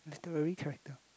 history kind